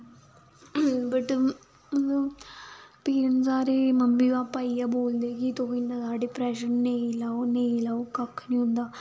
but इ'यां फ्ही बचैरा मम्मी पापा इ'यै बोलदे कि तुस इन्ना जादा डिप्रैशन नेईं लैओ नेईं लैओ कक्ख निं होंदा